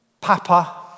papa